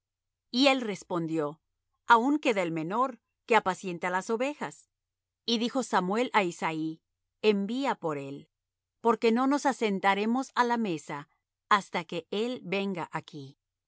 y él respondió aun queda el menor que apacienta las ovejas y dijo samuel á isaí envía por él porque no nos asentaremos á la mesa hasta que él venga aquí